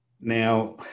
Now